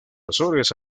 azores